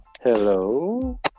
Hello